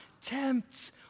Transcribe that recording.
tempt